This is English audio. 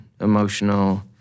emotional